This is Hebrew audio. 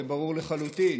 זה ברור לחלוטין.